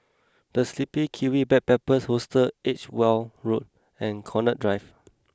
the Sleepy Kiwi Backpackers Hostel Edgeware Road and Connaught Drive